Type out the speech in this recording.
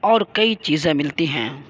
اور کئی چیزیں ملتی ہیں